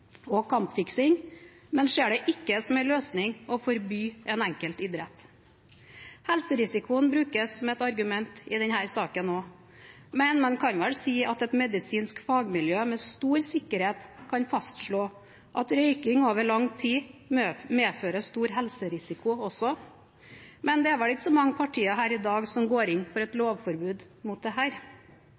og kampfiksing, men ser det ikke som en løsning å forby en enkeltidrett. Helserisikoen brukes som et argument i denne saken. Man kan vel si at et medisinsk fagmiljø med stor sikkerhet kan fastslå at røyking over lang tid medfører stor helserisiko også, men det er vel ikke så mange partier her i dag som går inn for et lovforbud mot